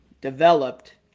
developed